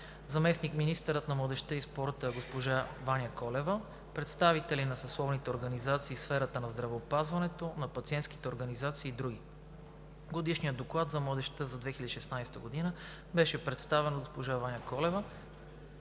заместник-министър на младежта и спорта, представители на съсловните организации в сферата на здравеопазването, на пациентските организации, и други. Годишният доклад за младежта за 2016 г. беше представен от госпожа Ваня Колева.